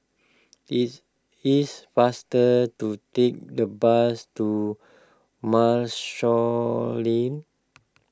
is it's faster to take the bus to Marshall Lane